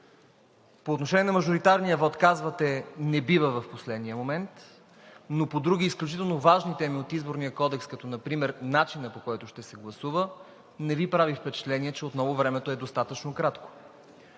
По отношение на мажоритарния вот казвате: „не бива в последния момент“, но по други изключително важни теми от Изборния кодекс, като например начина, по който ще се гласува, не Ви прави впечатление, че отново времето е достатъчно кратко.